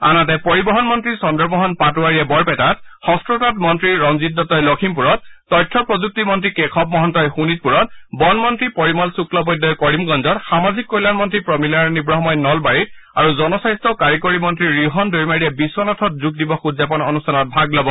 আনহাতে পৰিবহণ মন্ত্ৰী চন্দ্ৰমোহন পাটেৱাৰীয়ে বৰপেটাত হস্ততাঁত মন্ত্ৰী ৰঞ্জিত দত্তই লখিমপুৰত তথ্য প্ৰযুক্তি মন্ত্ৰী কেশৱ মহন্তই শোণিতপুৰত বন মন্ত্ৰী পৰিমল শুক্লবৈদ্যই কৰিমগঞ্জত সামাজিক কল্যাণ মন্ত্ৰী প্ৰমীলা ৰাণী ব্ৰহ্মাই নলবাৰীত আৰু জনস্বাস্থ্য কাৰিকৰী মন্ত্ৰী ৰিহণ দৈমাৰীয়ে বিশ্বনাথত যোগ দিবস উদযাপন অনুষ্ঠানত ভাগ লব